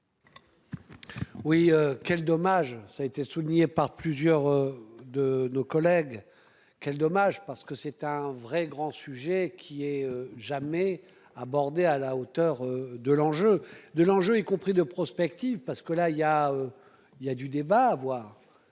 Oui. Quel dommage. Ça a été souligné par plusieurs de nos collègues. Quel dommage parce que c'est un vrai grand sujet qui ait jamais abordé à la hauteur de l'enjeu de l'enjeu, y compris de prospective parce que là il y a. Il y a du débat avoir.